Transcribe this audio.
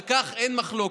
על כך אין מחלוקת.